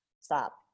Stop